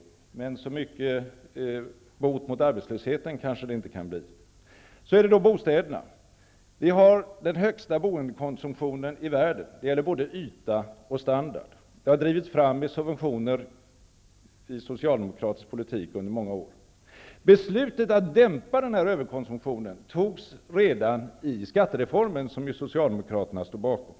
Men det kan kanske inte bli så mycket bot mot arbetslösheten. När det gäller bostäderna har vi den högsta boendekonsumtionen i världen. Det gäller både yta och standard. Det har drivits fram med subventioner i socialdemokratisk politik under många år. Beslutet att dämpa den här överkonsumtionen togs redan i skattereformen som Socialdemokraterna ju stod bakom.